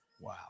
Wow